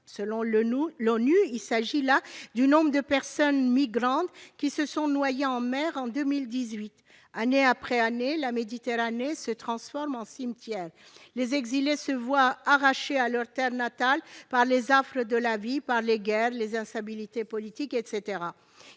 selon l'ONU, le nombre de personnes migrantes qui se sont noyées en mer en 2018. Ainsi, année après année, la Méditerranée se transforme en cimetière. Les exilés sont arrachés à leur terre natale par les affres de la vie, par les guerres ou par les instabilités politiques et